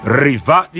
riva